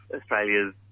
Australia's